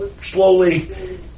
slowly